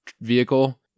vehicle